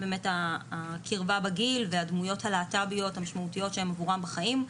הקרבה בגיל והדמויות הלהט"ביות המשמעותיות שהם עבורם בחיים.